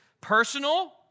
personal